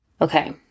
Okay